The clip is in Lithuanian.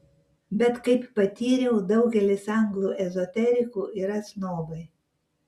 bet kaip patyriau daugelis anglų ezoterikų yra snobai